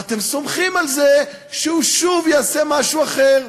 ואתם סומכים על זה שהוא שוב יעשה משהו אחר.